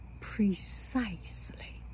precisely